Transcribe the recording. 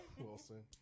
Wilson